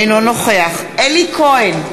אינו נוכח אלי כהן,